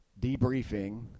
debriefing